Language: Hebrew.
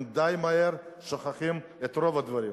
הם די מהר שוכחים את רוב הדברים.